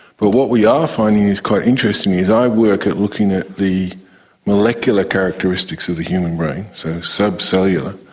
but what we are finding is quite interesting is i work at looking at the molecular characteristics of the human brain, so sub-cellular.